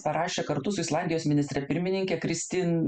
parašė kartu su islandijos ministre pirmininke kristin